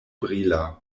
brila